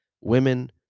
women